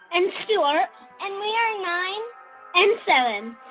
and stuart and we are nine and so and